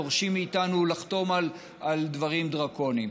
דורשים מאיתנו לחתום על דברים דרקוניים.